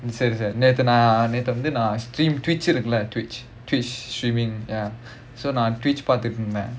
சரி சரி:sari sari stream twitch இருக்குல்ல:irukkula twitch twitch streaming ya so நான்:naan twitch பாத்துட்டு இருந்தேன்:paathuttu irunthaen